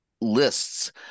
lists